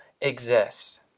exists